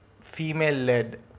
female-led